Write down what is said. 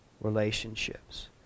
relationships